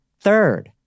Third